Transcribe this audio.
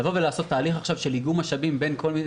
לעשות עכשיו תהליך של איגום משאבים בין כל מיני